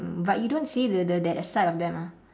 but you don't see the the that side of them ah